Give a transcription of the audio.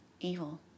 evil